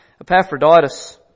Epaphroditus